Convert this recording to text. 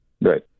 Right